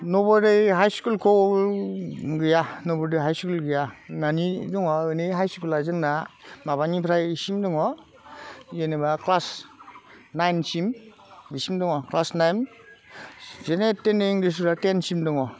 नबदया हाइस्कुलखौ गैया नबदया हाइस्कुल गैया माने नङा माने हाइस्कुला जोंना माबानिफ्राय बेसिम दङ जेनेबा क्लास नाइनसिम बेसिम दङ क्लास नाइन जेनेतेने इंलिसा टेनसिम दङ